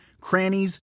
crannies